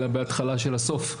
אלא בהתחלה של הסוף,